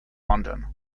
london